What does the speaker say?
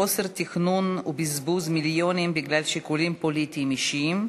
חוסר תכנון ובזבוז מיליונים בגלל שיקולים פוליטיים אישיים,